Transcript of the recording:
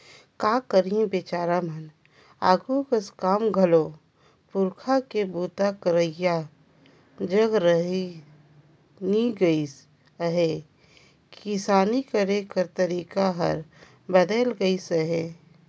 का करही बिचारा मन आघु कस काम घलो पूरखा के बूता करइया जग रहि नी गइस अहे, किसानी करे कर तरीके हर बदेल गइस अहे